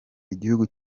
igihugu